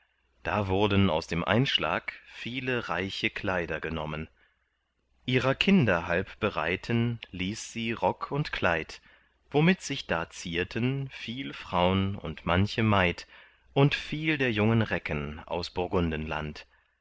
da wurden aus dem einschlag viele reiche kleider genommen ihrer kinder halb bereiten ließ sie rock und kleid womit sich da zierten viel fraun und manche maid und viel der jungen recken aus